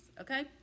okay